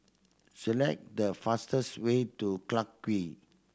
select the fastest way to Clarke Quay